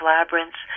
Labyrinths